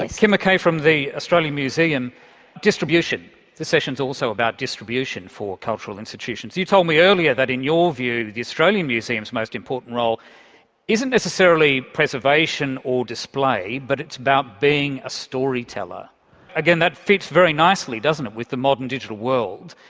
kim mckay from the australian museum distribution this session is also about distribution for cultural institutions. you told me earlier, that in your view the australian museum most important role isn't necessarily preservation or display, but it's about being a story teller again that fits very nicely doesn't it, with the modern digital world,